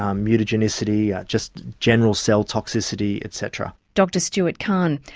um immunogenicity, just general cell toxicity etc. dr stuart khan.